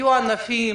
יהיו ענפים